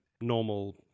normal